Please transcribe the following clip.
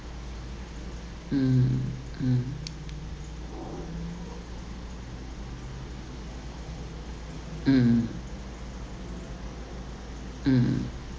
mm mm mm mm